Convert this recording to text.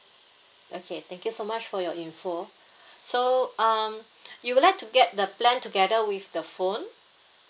okay thank you so much for your info so um you would like to get the plan together with the phone